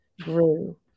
grew